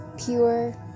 pure